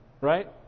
right